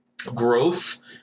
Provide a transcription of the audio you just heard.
growth